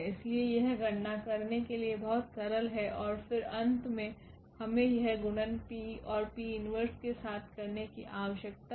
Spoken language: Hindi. इसलिए यह गणना करने के लिए बहुत सरल है और फिर अंत में हमें यह गुणन P और P 1 के साथ करने की आवश्यकता है